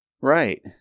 right